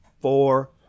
four